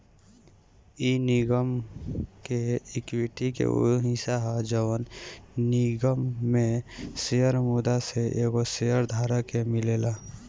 इ निगम के एक्विटी के उ हिस्सा ह जवन निगम में शेयर मुद्दा से एगो शेयर धारक के मिलेला